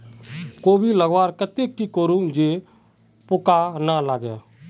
कोबी लगवार केते की करूम जे पूका ना लागे?